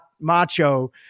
macho